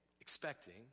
expecting